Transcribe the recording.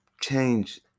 change